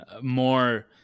more